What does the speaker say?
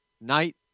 night